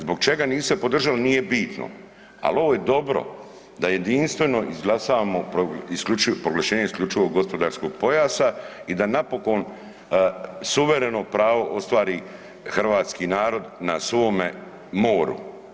Zbog čega niste podržali nije bitno, ali ovo je dobro da jedinstveno izglasavamo proglašenje isključivog gospodarskog pojasa i da napokon suvereno pravo ostvari hrvatski narod na svome moru.